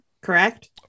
correct